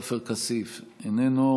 חבר הכנסת עופר כסיף, איננו.